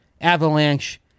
Avalanche